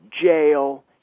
jail